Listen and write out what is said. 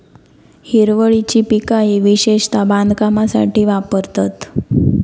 हिरवळीची पिका ही विशेषता बांधकामासाठी वापरतत